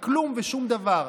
וזה כלום ושום דבר.